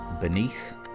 Beneath